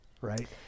right